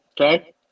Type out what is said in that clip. okay